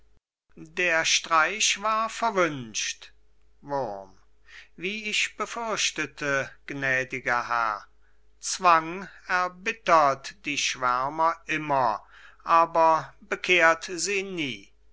der streich war verwünscht wurm wie ich befürchtete gnädiger herr zwang erbittert die schwärmer immer aber bekehrt sie nie